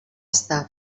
estar